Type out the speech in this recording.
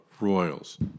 royals